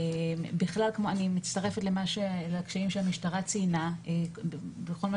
בכלל אני מצטרפת לקשיים שהמשטרה ציינה בכל מה